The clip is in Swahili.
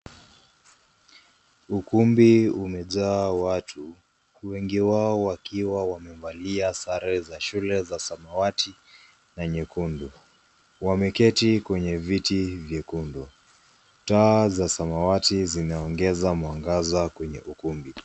Ukumbi umejaa watu wengi wao wakiwa wamevalia sare za shule za samawati na nyekundu. Wameketi kwenye viti vyekundu. Taa za samawati zinaongeza mwangaza kwenye ukumbi.